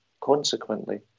Consequently